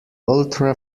ultra